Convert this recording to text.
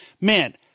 man